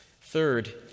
Third